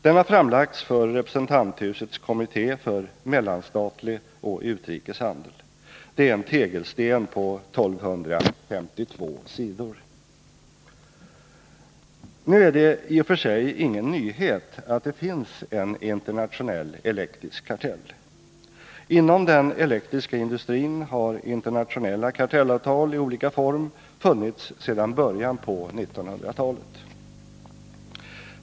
Den har framlagts för representanthusets kommitté för mellanstatlig och utrikes handel. Det är en tegelsten på 1252 sidor. Nu är det i och för sig ingen nyhet att det finns en internationell elektrisk kartell. Inom den elektriska industrin har internationella kartellavtal i olika form funnits sedan början på 1900-talet.